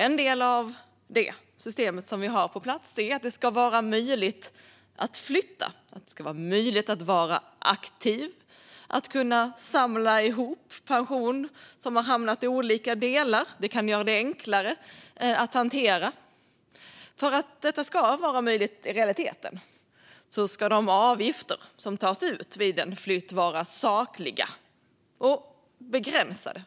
En del av det system som vi har på plats är att det ska vara möjligt att flytta, vara aktiv och kunna samla ihop pension som har hamnat i olika delar, vilket kan göra det enklare att hantera. För att detta ska vara möjligt i realiteten ska de avgifter som tas ut vid en flytt vara sakliga och begränsade.